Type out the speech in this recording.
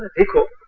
equal?